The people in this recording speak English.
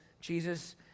Jesus